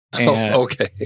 Okay